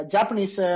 Japanese